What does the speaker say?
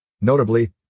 Notably